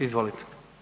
Izvolite.